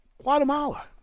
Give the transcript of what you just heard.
Guatemala